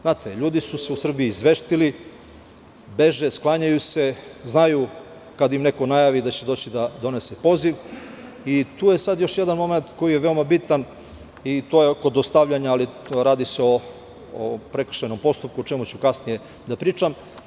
Znate, ljudi su se u Srbiji izveštili, beže, sklanjaju se, znaju kad im neko najavi da će doći da donese poziv i tu je sada još jedan momenat koji je veoma bitan i to je o dostavljanju, ali radi se o prekršajnom postupku, o čemu ću kasnije da pričam.